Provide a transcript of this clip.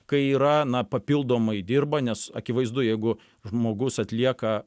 kai yra na papildomai dirba nes akivaizdu jeigu žmogus atlieka